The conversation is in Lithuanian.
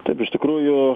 taip iš tikrųjų